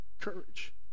courage